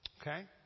Okay